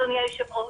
אדוני היו"ר,